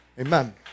Amen